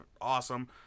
awesome